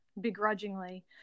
begrudgingly